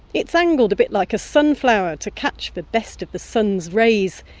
it's angled a bit like a sunflower to catch the best of the sun's rays,